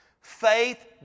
Faith